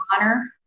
honor